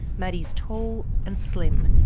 maddy's tall and slim,